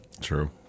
True